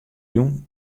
jûn